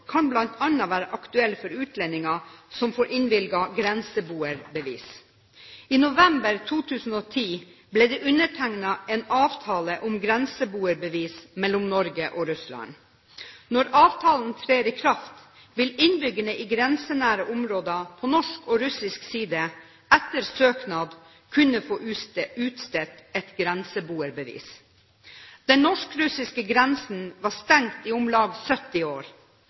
kan bl.a. være aktuell for utlendinger som får innvilget grenseboerbevis. I november 2010 ble det undertegnet en avtale om grenseboerbevis mellom Norge og Russland. Når avtalen trer i kraft, vil innbyggerne i grensenære områder på norsk og russisk side etter søknad kunne få utstedt et grenseboerbevis. Den norsk-russiske grensen var stengt i om lag 70 år.